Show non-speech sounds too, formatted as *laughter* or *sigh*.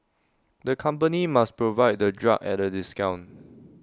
the company must provide the drug at A discount *noise*